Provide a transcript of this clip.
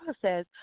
process